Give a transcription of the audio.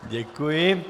Děkuji.